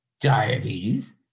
diabetes